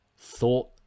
thought